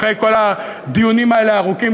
אחרי כל הדיונים האלה הארוכים,